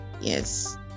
yes